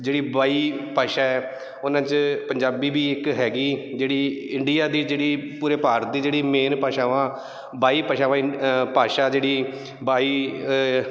ਜਿਹੜੀ ਬਾਈ ਭਾਸ਼ਾ ਹੈ ਉਹਨਾਂ 'ਚ ਪੰਜਾਬੀ ਵੀ ਇੱਕ ਹੈਗੀ ਜਿਹੜੀ ਇੰਡੀਆ ਦੀ ਜਿਹੜੀ ਪੂਰੇ ਭਾਰਤ ਦੀ ਜਿਹੜੀ ਮੇਨ ਭਾਸ਼ਾਵਾਂ ਬਾਈ ਭਾਸ਼ਾਵਾਂ ਭਾਸ਼ਾ ਜਿਹੜੀ ਬਾਈ